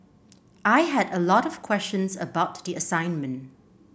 I had a lot of questions about the assignment